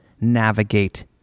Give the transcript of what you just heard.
navigate